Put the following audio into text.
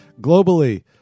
globally